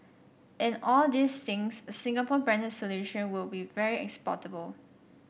in all these things a Singapore branded solution will be very exportable